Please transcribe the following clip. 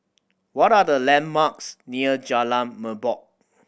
what are the landmarks near Jalan Merbok